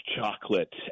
chocolate